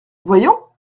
voyons